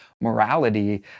morality